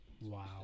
wow